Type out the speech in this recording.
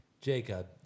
Jacob